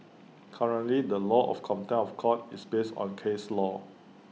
currently the law of contempt of court is based on case law